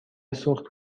سوخت